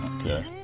Okay